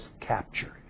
captured